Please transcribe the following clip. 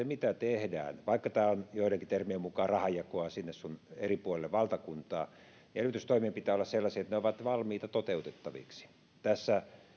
mitä tehdään vaikka tämä on joidenkin termien mukaan rahanjakoa sinne sun tänne eri puolille valtakuntaa pitää olla sellaisia että ne ovat valmiita toteutettaviksi